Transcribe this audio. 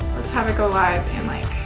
let's have it go live in like